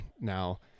now